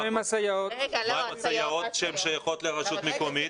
מה עם הסייעות ששייכות לרשות המקומית?